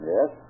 Yes